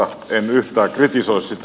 en yhtään kritisoi sitä